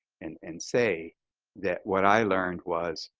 and and say that what i learned was